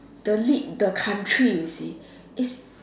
the lead the country you see it's